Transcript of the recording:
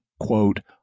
quote